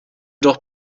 doch